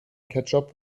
ketchup